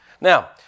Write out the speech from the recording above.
Now